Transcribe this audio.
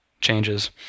changes